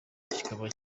kikaba